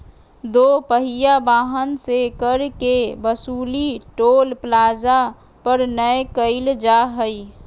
दो पहिया वाहन से कर के वसूली टोल प्लाजा पर नय कईल जा हइ